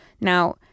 Now